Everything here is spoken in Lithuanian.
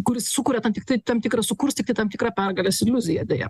kuris sukuria tam tiktą tam tikrą sukurstyti tam tikrą pergalės iliuziją deja